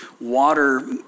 water